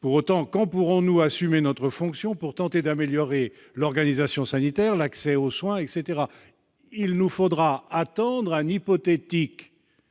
Pour autant, quand pourrons-nous assumer notre fonction pour tenter d'améliorer l'organisation sanitaire, l'accès aux soins, etc. ?